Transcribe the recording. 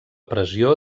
pressió